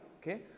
okay